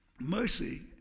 Mercy